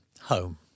home